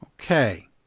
Okay